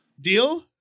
Deal